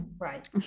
right